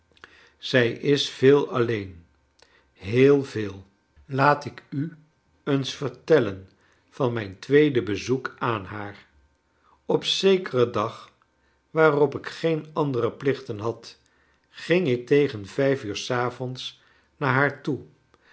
zij is veel alleen heel veel laat ik u eens vertellen van mijn tweede bezoek aan haar op zekeren dag waarop ik geen andere plichten had ging ik tegen vijf uur s avonds naar haar toe